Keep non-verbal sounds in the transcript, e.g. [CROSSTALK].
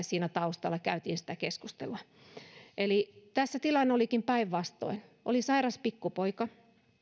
[UNINTELLIGIBLE] siinä taustalla käytiin keskustelua eli tässä tilanne olikin päinvastoin oli sairas pikkupoika